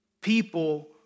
people